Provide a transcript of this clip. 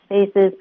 spaces